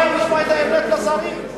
קשה להם לשמוע את האמת, לשרים.